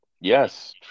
yes